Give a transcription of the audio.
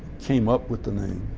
came up with the name,